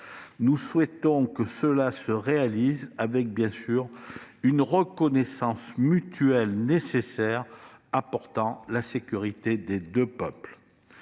Nous souhaitons qu'elle aboutisse avec, bien entendu, une reconnaissance mutuelle nécessaire apportant la sécurité aux deux peuples.